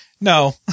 no